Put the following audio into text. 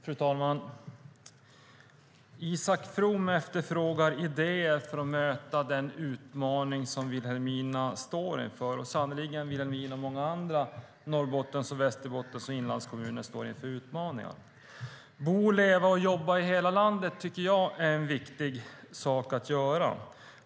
Fru talman! Isak From efterfrågar idéer för att möta den utmaning som Vilhelmina står inför. Sannerligen står Vilhelmina och många andra av Norrbottens och Västerbottens inlandskommuner inför utmaningar. Att bo, leva och jobba i hela landet är viktigt.